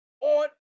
on